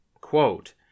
quote